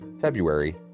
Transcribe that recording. February